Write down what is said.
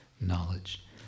knowledge